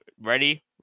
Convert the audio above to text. Ready